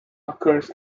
occurs